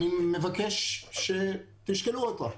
אני מבקש שתשקלו זאת.